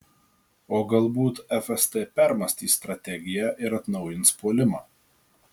o galbūt fst permąstys strategiją ir atnaujins puolimą